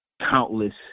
countless